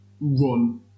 run